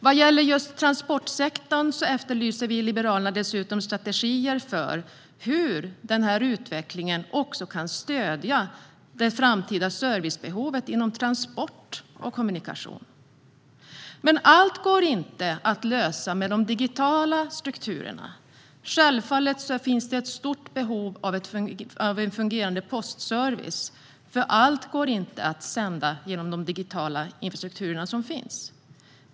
Vad gäller just transportsektorn efterlyser vi i Liberalerna dessutom strategier för hur utvecklingen kan stödja det framtida servicebehovet inom transport och kommunikation. Men allt går inte att lösa med de digitala strukturerna. Självfallet finns det ett stort behov av en fungerande postservice. Allt går inte att sända genom de digitala infrastrukturer som finns.